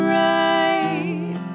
right